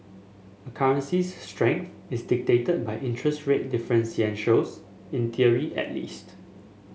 a currency's strength is dictated by interest rate differentials in theory at least